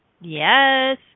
Yes